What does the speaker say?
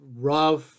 rough